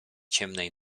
ciemnej